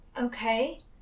Okay